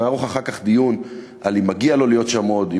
נערוך אחר כך דיון אם מגיע לו להיות שם עוד,